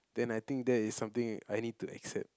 then I think that is something I need to accept